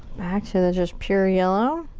back to the just pure yellow.